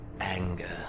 Anger